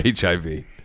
HIV